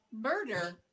murder